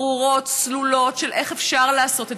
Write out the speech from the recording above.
ברורות וסלולות של איך אפשר לעשות את